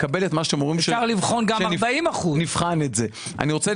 אפשר לבחון גם 40%. אני רוצה